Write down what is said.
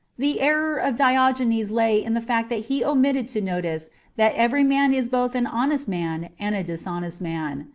the error of diogenes lay in the fact that he omitted to notice that every man is both an honest man and a dishonest man.